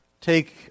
take